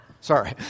Sorry